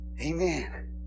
Amen